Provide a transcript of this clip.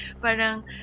parang